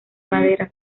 madera